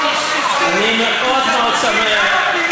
לפנות מביתם, אני מאוד מאוד שמח.